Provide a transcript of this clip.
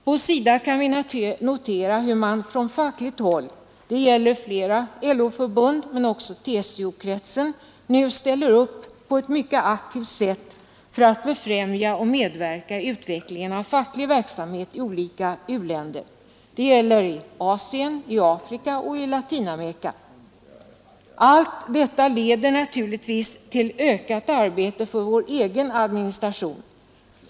På SIDA kan vi notera hur man från fackligt håll — det gäller flera LO-förbund men också TCO-kretsen — nu ställer upp på ett mycket aktivt sätt för att befrämja och medverka i utvecklingen av facklig verksamhet i olika u-länder i Asien, Afrika och Latinamerika. Allt detta leder naturligtvis till ökat arbete för vår egen administration.